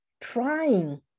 trying